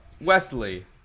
Wesley